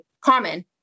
common